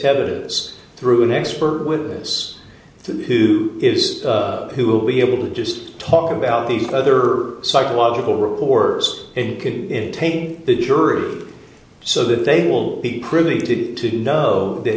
evidence through an expert witness to who is who will be able to just talk about these other psychological records and can taint the jury so that they will be cruelly to know th